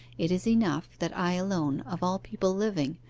it is enough, that i alone, of all people living,